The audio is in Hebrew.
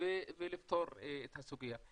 ולפתור את הסוגיה.